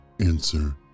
Answer